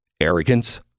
Arrogance